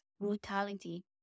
brutality